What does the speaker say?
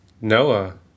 Noah